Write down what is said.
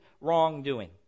wrongdoing